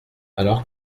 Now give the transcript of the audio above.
alors